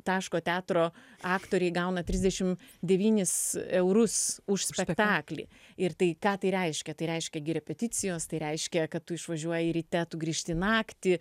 taško teatro aktoriai gauna trisdešim devynis eurus už spektaklį ir tai ką tai reiškia tai reiškia repeticijos tai reiškia kad tu išvažiuoji ryte tu grįžti naktį